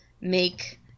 make